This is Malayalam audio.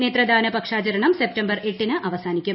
നേത്രദാന പക്ഷാ ചരണം സെപ്റ്റംബർ ്ന്ന് അവസാനിക്കും